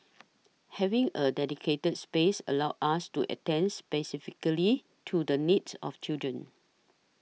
having a dedicated space allows us to attends specifically to the needs of children